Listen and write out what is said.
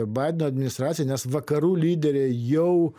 baideno administracija nes vakarų lyderiai jau